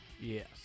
Yes